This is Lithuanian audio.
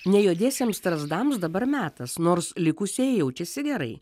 ne juodiesiems strazdams dabar metas nors likusieji jaučiasi gerai